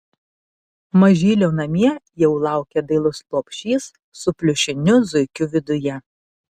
mažylio namie jau laukia dailus lopšys su pliušiniu zuikiu viduje